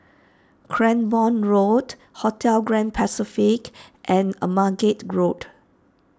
Cranborne Road Hotel Grand Pacific and Margate Road